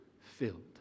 filled